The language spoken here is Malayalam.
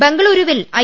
ബംഗളുരുവിൽ ഐ